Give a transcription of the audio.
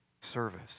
service